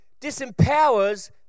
disempowers